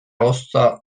ozta